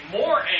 more